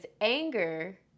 anger